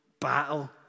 battle